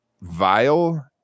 vile